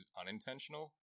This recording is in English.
unintentional